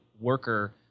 worker